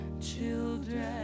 children